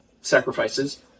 sacrifices